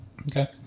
Okay